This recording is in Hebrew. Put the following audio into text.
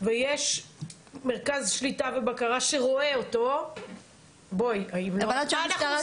ויש מרכז שליטה ובקרה שרואה אותו --- אבל עד שהמשטרה תגיע?